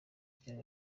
icyaha